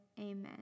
amen